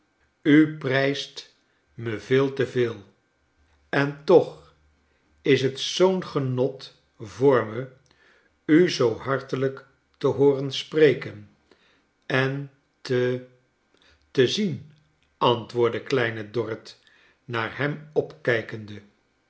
u prijst me veel te veel en toch is t zoo'n genot voor me u zoo hartelijk te liooren spreken en te te zien antwoordde kleine dorrit naar hem opkijkende